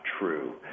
true